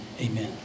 Amen